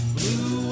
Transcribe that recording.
Blue